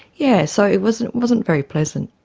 yeah so it wasn't wasn't very pleasant.